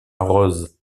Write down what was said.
rose